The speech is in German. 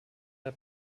der